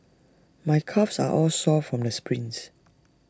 my calves are all sore from the sprints